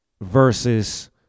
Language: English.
versus